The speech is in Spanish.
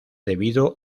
debido